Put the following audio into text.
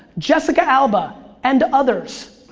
jessica alba, and others.